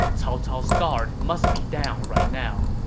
cao cao's guard must be down right now.